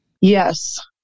Yes